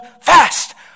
fast